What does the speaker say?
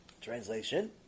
Translation